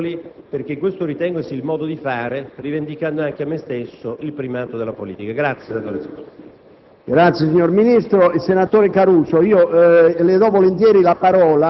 mitigando le asprezze, smussando gli angoli, levigando gli spigoli, perché ritengo che questo sia il modo di fare, rivendicando anche a me stesso il primato della politica.